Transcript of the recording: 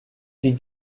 die